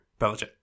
Belichick